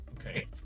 Okay